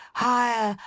higher,